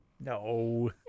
No